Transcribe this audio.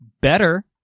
better